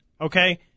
okay